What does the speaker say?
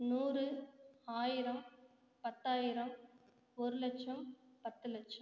நூறு ஆயிரம் பத்தாயிரம் ஒரு லட்சம் பத்து லட்சம்